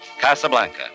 Casablanca